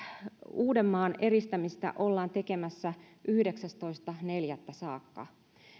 uudenmaan eristämistä ollaan tekemässä yhdeksästoista neljättä saakka